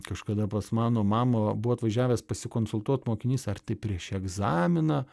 kažkada pas mano mamą buvo atvažiavęs pasikonsultuot mokinys ar tai prieš egzaminą